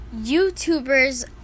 YouTubers